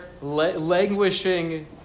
languishing